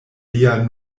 lia